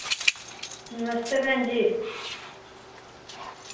नमस्ते भैन जी